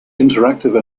interactive